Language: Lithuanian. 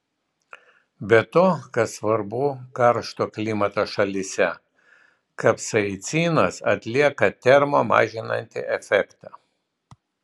be to kas svarbu karšto klimato šalyse kapsaicinas atlieka termo mažinantį efektą